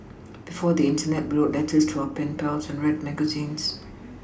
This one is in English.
before the Internet we wrote letters to our pen pals and read magazines